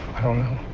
i don't know.